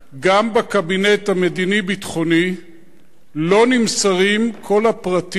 גם בקבינט המדיני-ביטחוני לא נמסרים כל הפרטים,